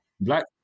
Black